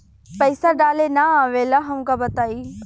पईसा डाले ना आवेला हमका बताई?